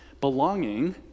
Belonging